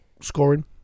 scoring